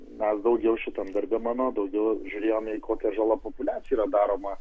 mes daugiau šitam darbe mano daugiau žiūrėjome į kokia žala populiacijai yra daroma